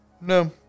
No